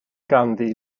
ganddi